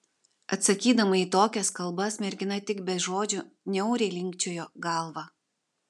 atsakydama į tokias kalbas mergina tik be žodžių niauriai linkčiojo galvą